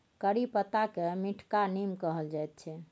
करी पत्ताकेँ मीठका नीम कहल जाइत छै